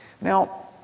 Now